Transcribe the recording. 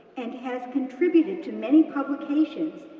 and has contributed to many publications,